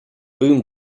boom